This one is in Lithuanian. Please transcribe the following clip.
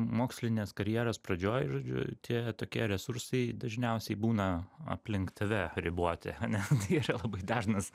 mokslinės karjeros pradžioj žodžiu tie tokie resursai dažniausiai būna aplink tave riboti ane tai yra labai dažnas